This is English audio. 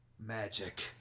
magic